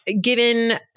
Given